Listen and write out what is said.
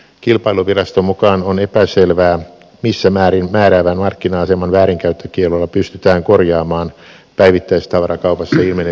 kilpailuviraston mukaan on epäselvää missä määrin määräävän markkina aseman väärinkäyttökiellolla pystytään korjaamaan päivittäistavarakaupassa ilmeneviä ongelmia